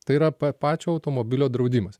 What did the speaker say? tai yra p pačio automobilio draudimas